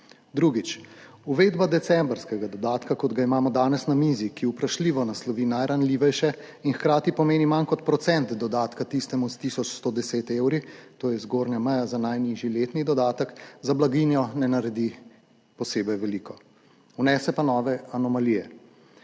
Drugič, uvedba decembrskega dodatka, kot ga imamo danes na mizi, ki vprašljivo naslovi najranljivejše in hkrati pomeni manj kot procent dodatka tistemu s tisoč 110 evri, to je zgornja meja za najnižji letni dodatek, za blaginjo ne naredi posebej veliko, vnese pa nove anomalije.